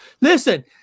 Listen